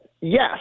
yes